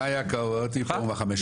מאיה קרבטרי פורום ה-15.